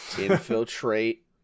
Infiltrate